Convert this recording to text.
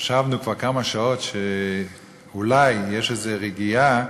חשבנו כבר כמה שעות שאולי יש איזה רגיעה,